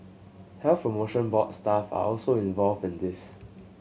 Health Promotion Board staff are also involved in this